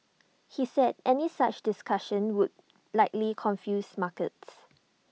he said any such discussions would likely confuse markets